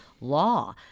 law